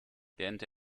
lernte